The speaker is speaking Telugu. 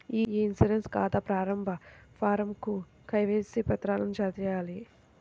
ఇ ఇన్సూరెన్స్ ఖాతా ప్రారంభ ఫారమ్కు కేవైసీ పత్రాలను జతచేయాలి